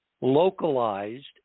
localized